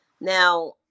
Now